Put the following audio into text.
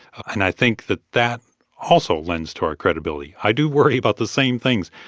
and i think that that also lends to our credibility. i do worry about the same things.